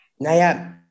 Now